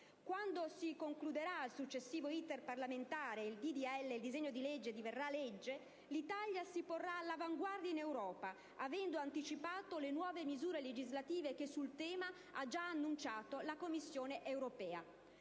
Quando si concluderà il successivo *iter* parlamentare e il disegno di legge diventerà legge, l'Italia si porrà all'avanguardia in Europa, avendo anticipato le nuove misure legislative che, sul tema, ha già annunciato la Commissione europea.